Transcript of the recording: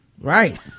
right